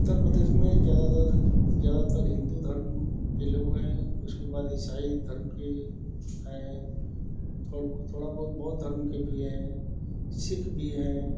उत्तरप्रदेश में ज़्यादातर ज़्यादातर हिन्दू धर्म के लोग हैं उसके बाद इसाई धर्म के हैं और थोड़ा बहुत बौध धर्म के भी हैं सिख भी हैं